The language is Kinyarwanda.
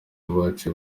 baciye